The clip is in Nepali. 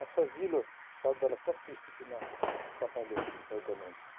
असजिलो शब्दलाई कस्तो स्थितिमा तपाईँले प्रयोग गर्नुहुन्छ